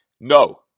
No